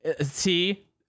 see